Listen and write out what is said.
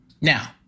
Now